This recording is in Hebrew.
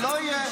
לא יהיה.